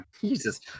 Jesus